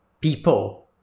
people